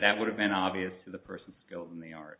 that would have been obvious to the person skilled in the ar